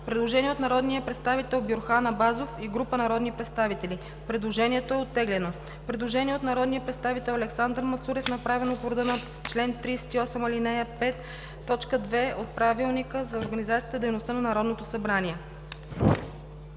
Предложение на народния представител Бюрхан Абазов и група народни представители. Предложението е оттеглено. Предложение от народния представител Александър Мацурев, направено по реда на чл. 83, ал. 5, т. 2 от ПОДНС.